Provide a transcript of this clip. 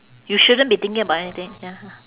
you shouldn't be thinking about anything ya